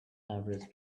average